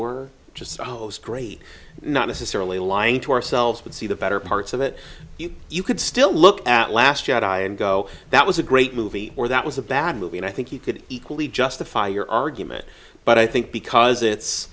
were just follows great not necessarily lying to ourselves but see the better parts of it you could still look at last yeah die and go that was a great movie or that was a bad movie and i think you could equally justify your argument but i think because it's